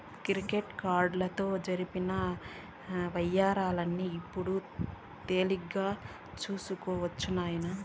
credit కార్డుతో జరిపిన యవ్వారాల్ని ఇప్పుడు తేలిగ్గా సూడొచ్చు నాయనా